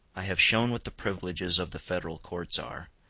i have shown what the privileges of the federal courts are,